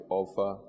offer